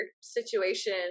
situation